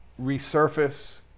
resurface